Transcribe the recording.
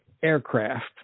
aircraft